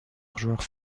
meilleurs